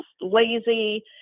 lazy